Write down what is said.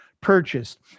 purchased